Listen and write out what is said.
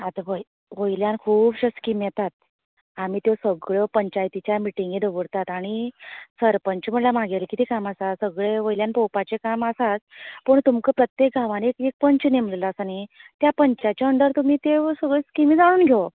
आतां पळय पयल्यार खुबश्यो स्किमी येतात आमी त्यो सगळ्यो पंचायतीच्या मिटींगी दवरतात आनी सरपंच म्हळ्यार म्हगेले कितें काम आसा सगळें वयल्यान पळोवपाचे काम आसाच पूण तुमगेले प्रत्येक गांवांनी एक पंच नेमलेलो आसा न्ही त्या पंचाच्या अंडर तुमी त्या सगळ्यो स्किमी जाणून घेवप